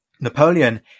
Napoleon